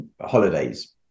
holidays